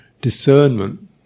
discernment